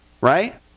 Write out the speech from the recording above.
Right